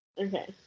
Okay